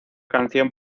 canción